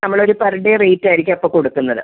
നമ്മളൊരു per day rate ആയിരിക്കും അപ്പോൾ കൊടുക്കുന്നത്